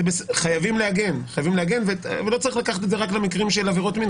חייבים להגן ולא צריך לקחת את זה רק למקרים של עבירות מין,